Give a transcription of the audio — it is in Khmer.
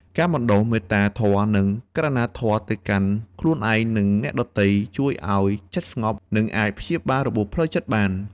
ការបណ្ដុះ មេត្តាធម៌ និង ករុណាធម៌ ទៅកាន់ខ្លួនឯង និងអ្នកដទៃ ជួយឱ្យចិត្តស្ងប់ និងអាចព្យាបាលរបួសផ្លូវចិត្តបាន។